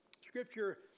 Scripture